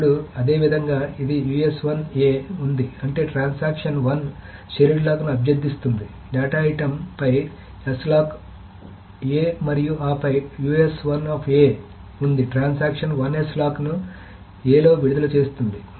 ఇప్పుడు అదేవిధంగా ఇది ఉంది అంటే ట్రాన్సాక్షన్ 1 షేర్డ్ లాక్ను అభ్యర్థిస్తుంది డేటా ఐటెమ్పై S లాక్ a మరియు ఆపై ఉంది ట్రాన్సాక్షన్ 1 S లాక్ను a లో విడుదల చేస్తుంది